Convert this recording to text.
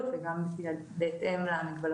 גם בבתי חולים וגם בקהילה.